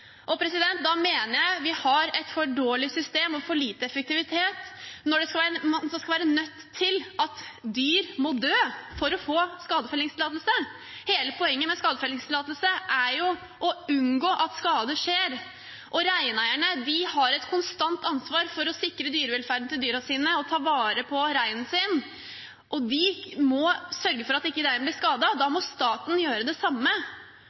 mener vi har et for dårlig system og for lite effektivitet når dyr må dø for at man skal få skadefellingstillatelse. Hele poenget med skadefellingstillatelse er jo å unngå at skade skjer. Reineierne har et konstant ansvar for å sikre velferden til dyra sine og ta vare på reinen sin, og de må sørge for at reinen ikke blir skadet. Da må staten gjøre det samme